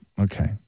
Okay